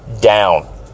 down